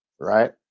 right